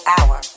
Hour